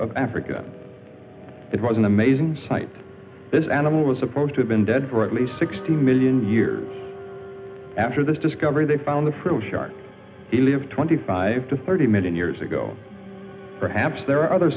of africa it was an amazing sight this animal was supposed to have been dead for at least sixty million years after this discovery they found the fruit shark live twenty five to thirty million years ago perhaps there are other